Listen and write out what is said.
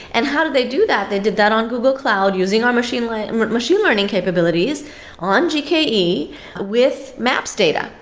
and how do they do that? they did that on google cloud using our machine like machine learning capabilities on gke with maps data.